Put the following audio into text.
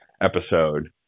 episode